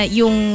yung